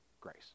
grace